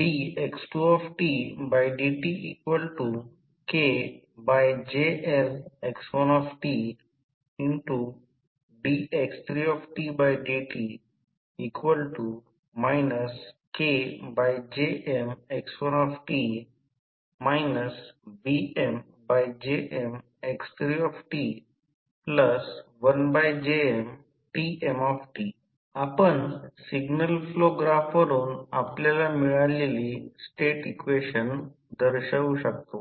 dx2tdtKJLx1tdx3dt KJmx1t BmJmx3t1JmTm आपण signal flow graph वापरुन आपल्याला मिळालेली स्टेट इक्वेशन दर्शवू शकतो